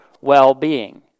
well-being